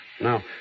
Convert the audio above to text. Now